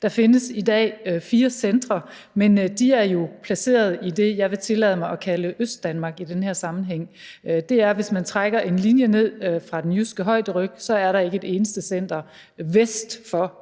der i dag findes fire centre, men de er jo placeret i det, jeg vil tillade mig at kalde Østdanmark i den her sammenhæng; det vil sige, at hvis man trækker en linje ned gennem den jyske højderyg, vil man se, at der ikke er et eneste center vest for